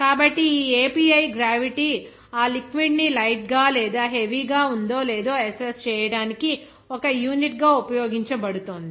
కాబట్టి ఈ API gravity ఆ లిక్విడ్ ని లైట్ గా లేదా హెవీ గా ఉందో లేదో అస్సెస్స్ చేయడానికి ఒక యూనిట్గా ఉపయోగించబడుతోంది